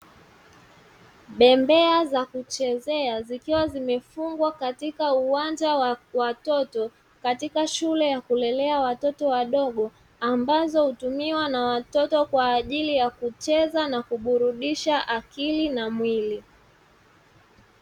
Bembea za kuchezea zikiwa zimefungwa katika uwanja wa watoto katika shule ya kulelea watoto wadogo, ambazo hutumiwa na watoto kwa ajili ya kucheza na kuburudisha akili na mwili.